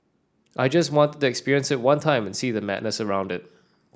I just wanted to experience it one time and see the madness around it